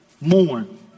mourn